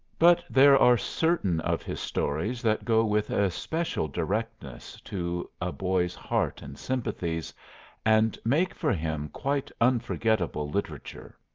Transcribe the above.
but there are certain of his stories that go with especial directness to a boy's heart and sympathies and make for him quite unforgettable literature.